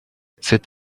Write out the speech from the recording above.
cet